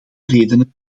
redenen